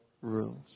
rules